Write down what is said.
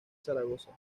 zaragoza